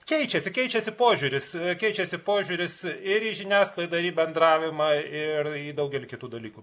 keičiasi keičiasi požiūris keičiasi požiūris ir į žiniasklaidą ir į bendravimą ir į daugelį kitų dalykų